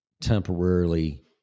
temporarily